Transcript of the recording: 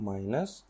Minus